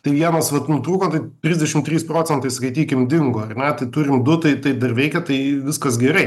tai vienas vat nutrūko trisdešim trys procentai skaitykim dingo ar ne tai turime du tai tai dar veikia tai viskas gerai